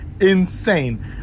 insane